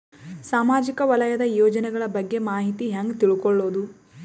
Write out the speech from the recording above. ಸಾಮಾಜಿಕ ವಲಯದ ಯೋಜನೆಗಳ ಬಗ್ಗೆ ಮಾಹಿತಿ ಹ್ಯಾಂಗ ತಿಳ್ಕೊಳ್ಳುದು?